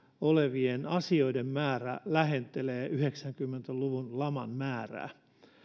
olevien asioiden määrä lähentelee yhdeksänkymmentä luvun laman määrää